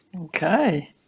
Okay